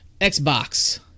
Xbox